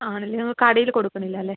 ആണ് അല്ലെ കടയിൽ കൊടുക്കുന്നില്ല അല്ലെ